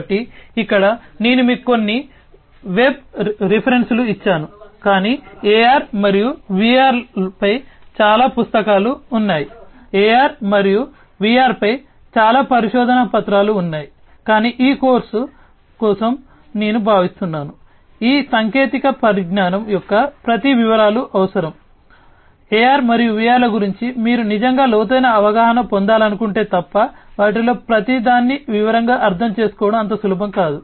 కాబట్టి ఇక్కడ నేను మీకు కొన్ని వెబ్ రిఫరెన్స్లు ఇచ్చాను కాని AR మరియు VR పై చాలా పుస్తకాలు ఉన్నాయి AR మరియు VR పై చాలా పరిశోధనా పత్రాలు ఉన్నాయి కానీ ఈ కోర్సు కోసం నేను భావిస్తున్నాను ఈ సాంకేతిక పరిజ్ఞానం యొక్క ప్రతి వివరాలు అవసరం AR మరియు VR గురించి మీరు నిజంగా లోతైన అవగాహన పొందాలనుకుంటే తప్ప వాటిలో ప్రతిదాన్ని వివరంగా అర్థం చేసుకోవడం అంత సులభం కాదు